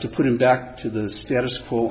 to put him back to the status quo